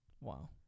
Wow